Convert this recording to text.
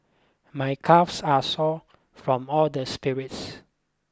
my calves are sore from all the spirits